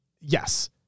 Yes